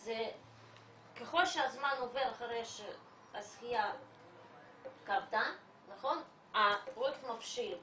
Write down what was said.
אז ככל שהזמן עובר שהזכייה קרתה הפרויקט מבשיל,